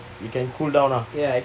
you can cool down lah